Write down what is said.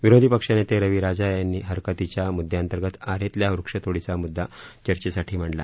विरोधी पक्षनेते रवी राजा यांनी हरकतीच्या मुद्याअंतर्गत आरेतल्या वृक्ष तोडीचा मुद्या चर्चेसाठी मांडला